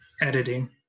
editing